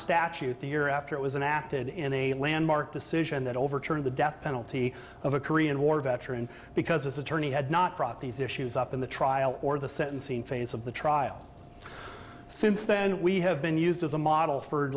statute the year after it was an apted in a landmark decision that overturned the death penalty of a korean war veteran because us attorney had not brought these issues up in the trial or the sentencing phase of the trial since then we have been used as a model for